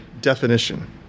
definition